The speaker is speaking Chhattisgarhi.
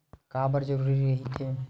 का बार जरूरी रहि थे?